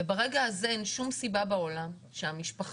ברגע הזה אין שום סיבה בעולם שהמשפחה,